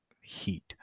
heat